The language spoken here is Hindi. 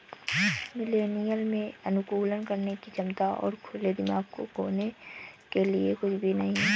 मिलेनियल में अनुकूलन करने की क्षमता और खुले दिमाग को खोने के लिए कुछ भी नहीं है